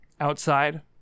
Outside